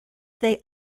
they